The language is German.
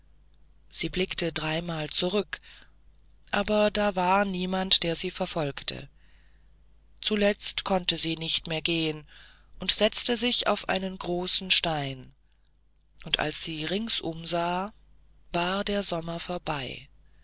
sie blickte dreimal zurück aber da war niemand der sie verfolgte zuletzt konnte sie nicht mehr gehen und setzte sich auf einen großen stein und als sie ringsum sah war der sommer vorbei